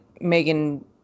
Megan